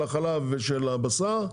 של החלב ושל הבשר,